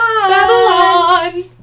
Babylon